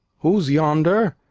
who's yonder,